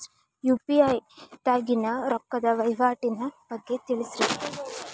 UPI ದಾಗಿನ ರೊಕ್ಕದ ವಹಿವಾಟಿನ ಬಗ್ಗೆ ತಿಳಸ್ರಿ